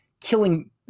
killing